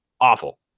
awful